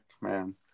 man